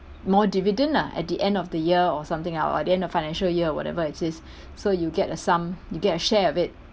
more dividend lah at the end of the year or something or the end of the financial year whatever it is so you get a sum you get a share of it